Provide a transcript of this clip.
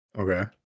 Okay